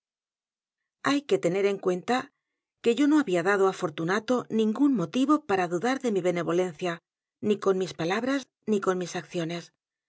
hay que tener en cuenta que yo no había d a d o á f o r t u n a t o ningún motivo p a r a d u d a r d e mi benevolencia ni con mis palabras ni con mis acciones